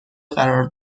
قرار